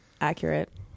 Accurate